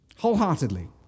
wholeheartedly